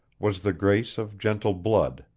was the grace of gentle blood,